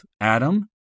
Adam